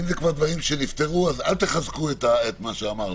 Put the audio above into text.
אם זה כבר דברים שנפתרו אז אל תחזקו את מה שאמרנו.